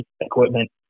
equipment